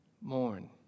Mourn